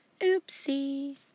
Oopsie